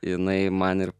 jinai man ir